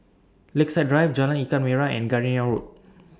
Lakeside Drive Jalan Ikan Merah and Gardenia Road